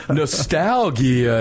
nostalgia